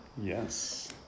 Yes